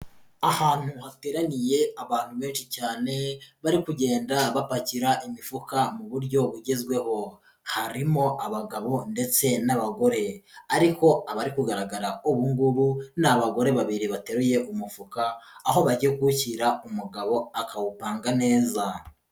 ahantu hateraniye abantu benshi cyane bari kugenda bapakira imifuka mu buryo bugezweho harimo abagabo ndetse n'abagore ariko abari kugaragara ubugubu n'abagore babiri bateruye umufuka aho bagiye kuwushyira umugabo akawupanga neza